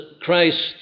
Christ